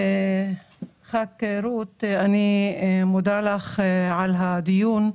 אני מודה לחברת הכנסת רות על הדיון.